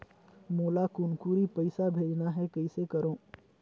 मोला कुनकुरी पइसा भेजना हैं, कइसे करो?